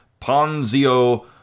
Ponzio